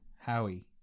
Howie